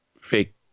fake